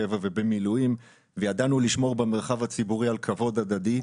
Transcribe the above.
קבע ומילואים וידענו לשמור במרחב הציבורי על כבוד הדדי.